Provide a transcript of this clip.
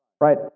Right